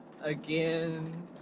again